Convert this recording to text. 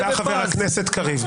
תודה, חבר הכנסת קריב.